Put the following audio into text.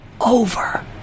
over